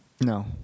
No